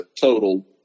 total